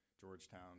Georgetown